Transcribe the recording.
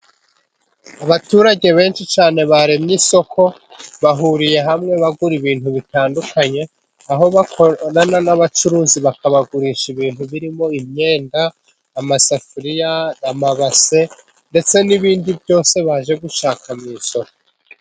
Abaturage benshi cyane baremye isoko bahuriye hamwe bagura ibintu bitandukanye. Aho bakorana n'abacuruzi bakabagurisha ibintu birimo imyenda, amasafuriya n'amabase ndetse n'ibindi byose baje gushaka mu isoko.